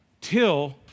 till